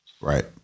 Right